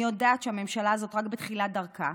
אני יודעת שהממשלה הזאת רק בתחילת דרכה,